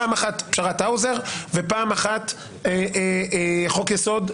פעם אחת פשרת האוזר ופעם שנייה חוק יסוד: